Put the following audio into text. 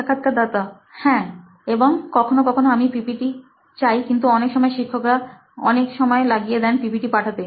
সাক্ষাৎকারদাতাহ্যাঁ এবং কখনো কখনো আমি পিপিটি চাই কিন্তু অনেক সময় শিক্ষক রা অনেক সময় লাগিয়ে দেন পিপিটি পাঠাতে